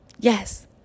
Yes